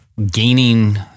Gaining